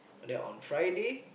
oh they're on Friday